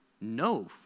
No